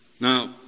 Now